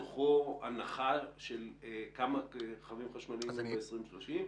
ההנחה של מספר הרכבים החשמליים ב-2030?